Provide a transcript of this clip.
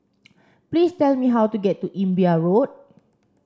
please tell me how to get to Imbiah Road